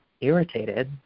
irritated